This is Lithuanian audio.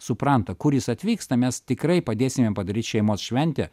supranta kur jis atvyksta mes tikrai padėsim jam padaryt šeimos šventę